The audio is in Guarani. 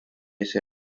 che